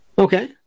Okay